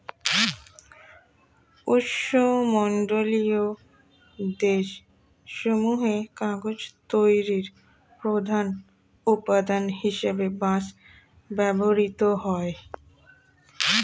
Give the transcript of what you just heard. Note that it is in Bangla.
উষ্ণমণ্ডলীয় দেশ সমূহে কাগজ তৈরির প্রধান উপাদান হিসেবে বাঁশ ব্যবহৃত হয়